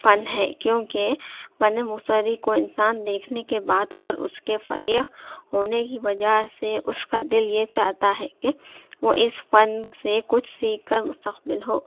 فن ہے کیوں کہ فن مصوری کو انسان دیکھنے کے بعد اور اس کے فریق ہونے کی وجہ سے اس کا دل یہ چاہتا ہے کہ وہ اس فن سے کچھ سیکھ کر مستقبل ہو